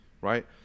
right